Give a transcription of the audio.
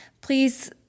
Please